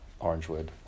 Orangewood